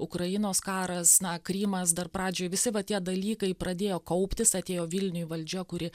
ukrainos karas na krymas dar pradžioj visi va tie dalykai pradėjo kauptis atėjo vilniuj valdžia kuri